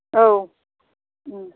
औ